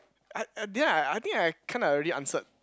I I didn't I I think I kind of already answered